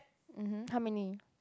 mmhmm how many